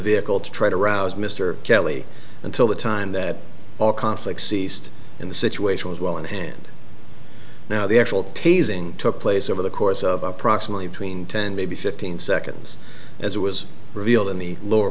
vehicle to try to rouse mr kelly until the time that all conflicts ceased in the situation as well in hand now the actual tasing took place over the course of approximately between ten maybe fifteen seconds as it was re